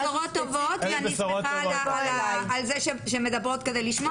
אז אלה בשורות טובות ואני שמחה שמדברות כדי לשמוע.